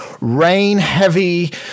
rain-heavy